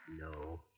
No